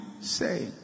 say